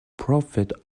prophet